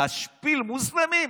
להשפיל מוסלמים?